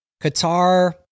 Qatar